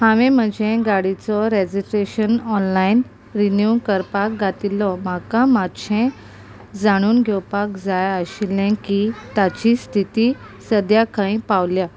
हांवें म्हजें गाडयेचो रॅजिस्ट्रेशन ऑनलायन रिन्यू करपाक घातिल्लो म्हाका मातशें जाणून घेवपाक जाय आशिल्लें की ताची स्थिती सद्या खंय पावल्या